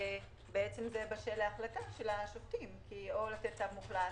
בעצם זה בשל להחלטה של השופטים או לתת צו מוחלט.